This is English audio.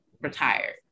retired